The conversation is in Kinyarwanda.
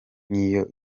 niyo